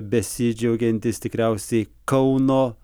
besidžiaugiantis tikriausiai kauno